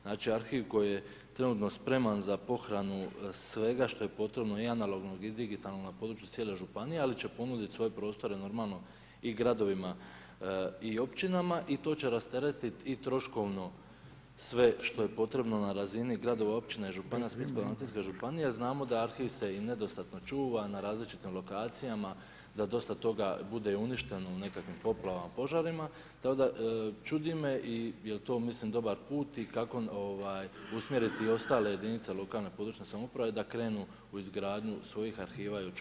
Znači, arhiv koji je trenutno spreman za pohranu svega što je potrebno i analognog i digitalnog na području cijele županije, ali će ponudit svoje prostore, normalno i gradovima i općinama i to će rasteretiti i troškovno sve što je potrebno na razini gradova, općina i županije Splitsko-dalmatinske županije, znamo da arhiv se i nedostatno čuva na različitim lokacijama, da dosta toga bude uništeno u nekakvim poplavama, požarima, tako da čudi me i jel to mislim dobar put i kako usmjeriti ostale jedinice lokalne i područne samouprave da krenu u izgradnju svojih arhiva i očuvanju svojeg arhivskog gradiva.